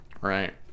Right